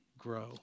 Grow